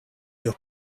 your